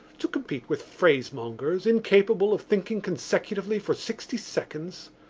to compete with phrasemongers, incapable of thinking consecutively for sixty seconds?